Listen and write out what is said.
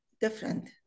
different